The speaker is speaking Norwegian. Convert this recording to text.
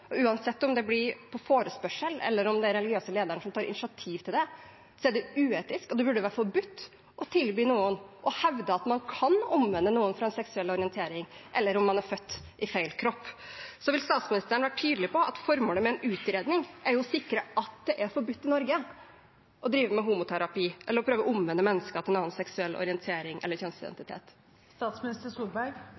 uansett om det blir på forespørsel eller om det er den religiøse lederen som tar initiativ til det, er det uetisk. Det burde være forbudt å tilby noen det og hevde at man kan omvende noen fra en seksuell orientering eller om man er født i feil kropp. Vil statsministeren være tydelig på at formålet med en utredning er å sikre at det er forbudt i Norge å drive med homoterapi eller å prøve og omvende mennesker til en annen seksuell orientering eller